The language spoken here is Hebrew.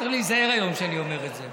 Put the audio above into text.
אני צריך להיזהר היום כשאני אומר את זה,